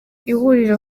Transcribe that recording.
ihuriro